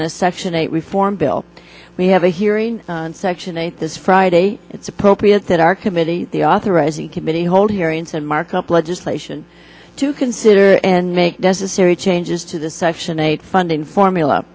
on a section eight reform bill we have a hearing on section eight this friday it's appropriate that our committee the authorizing committee hold hearings and markup legislation to consider and make necessary changes to the section eight funding formula